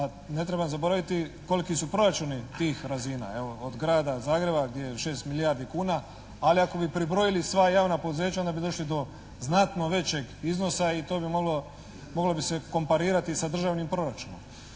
ne treba zaboraviti koliki su proračuni tih razina. Evo od Grada Zagreba gdje je 6 milijardi kuna, ali ako bi pribrojili sva javna poduzeća onda bi došli do znatno većeg iznosa i to bi moglo se komparirati sa državnim proračunom.